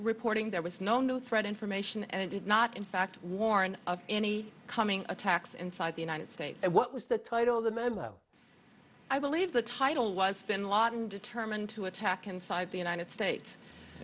reporting there was no new threat information and it did not in fact warn of any coming attacks inside the united states and what was the title of the memo i believe the title was finland determined to attack inside the united states